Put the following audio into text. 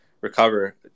recover